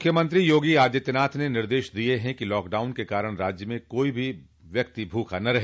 मुख्यमंत्री योगी आदित्यनाथ ने निर्देश दिया है कि लॉकडाउन के कारण राज्य में कोई भी व्यक्ति भूखा न रहे